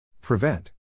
Prevent